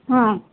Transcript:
ହଁ